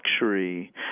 luxury